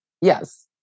Yes